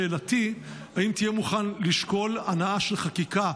שאלתי היא: האם תהיה מוכן לשקול הנעה של חקיקה,